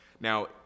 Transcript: Now